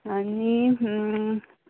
आनी